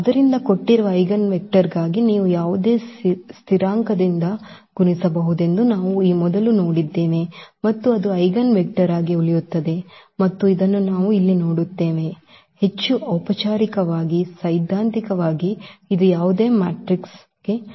ಆದ್ದರಿಂದ ಕೊಟ್ಟಿರುವ ಐಜೆನ್ವೆಕ್ಟರ್ಗಾಗಿ ನೀವು ಯಾವುದೇ ಸ್ಥಿರಾಂಕದಿಂದ ಗುಣಿಸಬಹುದೆಂದು ನಾವು ಈ ಮೊದಲು ನೋಡಿದ್ದೇವೆ ಮತ್ತು ಅದು ಐಜೆನ್ವೆಕ್ಟರ್ ಆಗಿ ಉಳಿಯುತ್ತದೆ ಮತ್ತು ಇದನ್ನು ನಾವು ಇಲ್ಲಿ ನೋಡುತ್ತೇವೆ ಮತ್ತು ಹೆಚ್ಚು ಔಪಚಾರಿಕವಾಗಿ ಸೈದ್ಧಾಂತಿಕವಾಗಿ ಇದು ಯಾವುದೇ ಮ್ಯಾಟ್ರಿಕ್ಸ್ಗೆ ನಿಜವಾಗಿದೆ